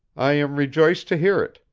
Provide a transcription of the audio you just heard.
i am rejoiced to hear it,